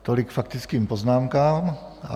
Tolik k faktickým poznámkám.